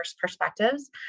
perspectives